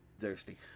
Thirsty